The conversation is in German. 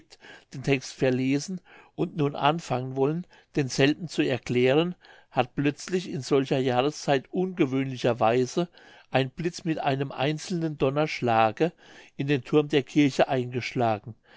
den text verlesen und nun anfangen wollen denselben zu erklären hat plötzlich in solcher jahreszeit ungewöhnlicher weise ein blitz mit einem einzelnen donnerschlage in den thurm der kirche eingeschlagen